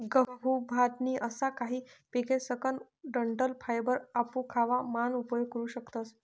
गहू, भात नी असा काही पिकेसकन डंठल फायबर आपू खावा मान उपयोग करू शकतस